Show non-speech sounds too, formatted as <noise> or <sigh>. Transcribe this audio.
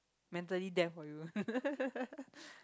mentally there for you <laughs>